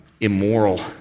immoral